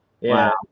Wow